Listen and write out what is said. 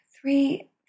three